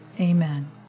Amen